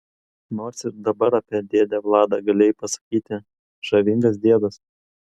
nors ir dabar apie dėdę vladą galėjai pasakyti žavingas diedas